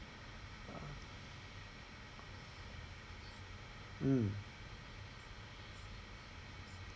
mm